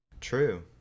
true